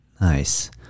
Nice